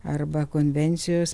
arba konvencijos